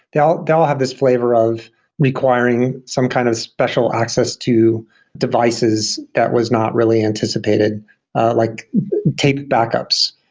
they all they all have this flavor of requiring some kind of special access to devices that was not really anticipated like tape backups.